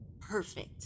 Perfect